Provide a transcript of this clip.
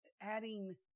adding